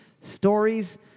stories